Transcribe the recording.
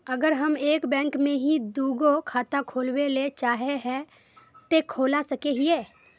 अगर हम एक बैंक में ही दुगो खाता खोलबे ले चाहे है ते खोला सके हिये?